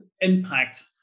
impact